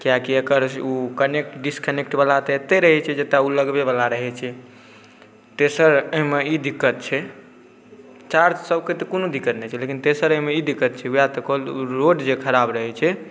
कियाकि एकर ओ कनेक्ट डिस्कनेक्टवला तऽ एतहि रहै छै जतऽ ओ लगबैवला रहै छै तेसर एहिमे ई दिक्कत छै चार्जसबके तऽ कोनो दिक्कत नहि छै लेकिन तेसर एहिमे ई दिक्कत छै वएह तऽ कहलहुँ रोड जे खराब रहै छै